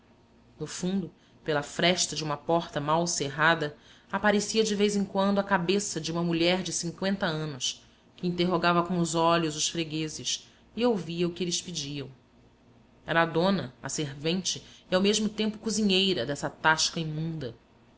no fundo pela fresta de uma porta mal cerrada aparecia de vez em quando a cabeça de uma mulher de anos que interrogava com os olhos os fregueses e ouvia o que eles pediam era a dona a servente e ao mesmo tempo cozinheira dessa tasca imunda